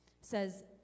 says